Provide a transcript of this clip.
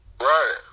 Right